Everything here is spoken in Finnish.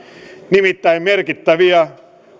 nimittäin merkittäviä